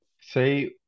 Say